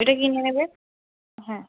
এটা কিনে নেবে হ্যাঁ